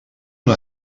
una